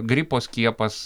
gripo skiepas